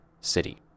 city